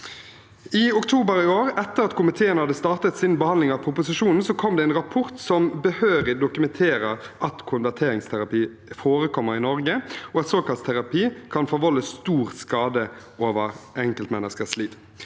I oktober i år, etter at komiteen hadde startet sin behandling av proposisjonen, kom det en rapport som behørig dokumenterer at konverteringsterapi forekommer i Norge, og at såkalt terapi kan forvolde stor skade i enkeltmenneskers liv.